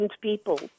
people